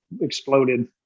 exploded